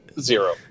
zero